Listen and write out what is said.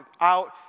out